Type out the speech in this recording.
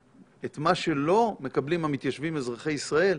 את מה שלא מקבלים המתיישבים אזרחי ישראל,